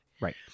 right